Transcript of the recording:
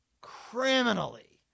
Criminally